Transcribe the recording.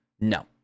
No